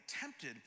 tempted